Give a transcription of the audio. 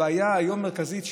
הבעיה המרכזית היום,